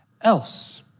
else